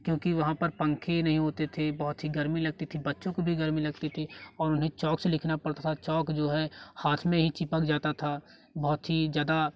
क्योंकि वहाँ पर पंखे नहीं होते थे बहुत ही गर्मी लगती थी बच्चों को भी गर्मी लगती थी और उन्हें चौक से लिखना पड़ता था चौक जो है हाथ में ही चिपक जाता था बहुत ही ज़्यादा